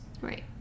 Right